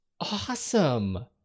awesome